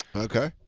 okay. ah,